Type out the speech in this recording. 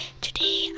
Today